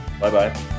Bye-bye